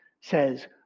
says